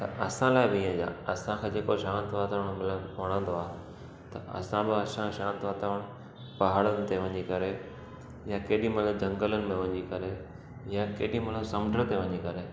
त असां लाइ बि ईअं ई आहे असांखे जेको शांत वातावरणु मिल वणंदो आहे त असां बि असांजो शांत वातावरणु पहाड़नि ते वञी करे या केॾी महिल झंगलनि में वञी करे या केॾी महिल समुंड ते वञी करे